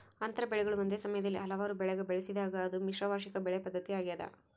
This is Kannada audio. ಅಂತರ ಬೆಳೆಗಳು ಒಂದೇ ಸಮಯದಲ್ಲಿ ಹಲವಾರು ಬೆಳೆಗ ಬೆಳೆಸಿದಾಗ ಅದು ಮಿಶ್ರ ವಾರ್ಷಿಕ ಬೆಳೆ ಪದ್ಧತಿ ಆಗ್ಯದ